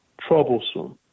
troublesome